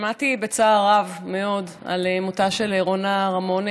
שמעתי בצער רב מאוד על מותה של רונה רמון,